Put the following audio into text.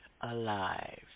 alive